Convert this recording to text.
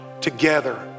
together